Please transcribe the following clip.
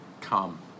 come